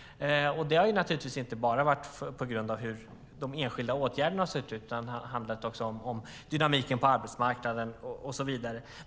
Det har naturligtvis inte bara varit på grund av hur de enskilda åtgärderna har sett ut, utan det har också handlat om dynamiken på arbetsmarknaden och så vidare.